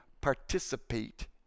participate